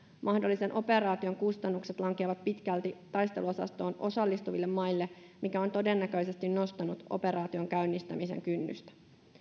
mahdollisen operaation kustannukset lankeavat pitkälti taisteluosastoon osallistuville maille mikä on todennäköisesti nostanut operaation käynnistämisen kynnystä